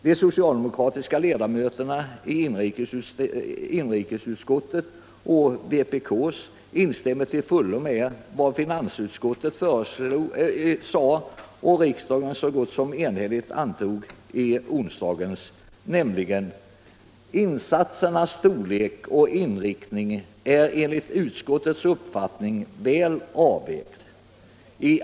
De socialdemokratiska ledamöterna i inrikesutskottet, liksom vpk-ledamoten, instämmer till fullo i vad finansutskottet föreslog och riksdagen så gott som enhälligt antog i onsdags, nämligen: ”Insatsernas storlek och inriktning är enligt utskottets uppfattning väl avvägd.